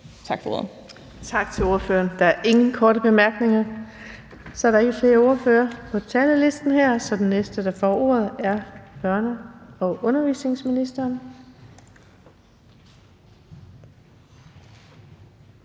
Vind): Tak til ordføreren. Der er ingen korte bemærkninger. Der er ikke flere ordførere på talerlisten her, så den næste, der får ordet, er børne- og undervisningsministeren.